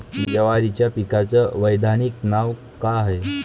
जवारीच्या पिकाचं वैधानिक नाव का हाये?